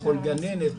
לכל גננת,